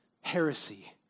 heresy